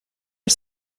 are